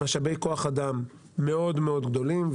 משאבי כוח אדם מאוד גדולים,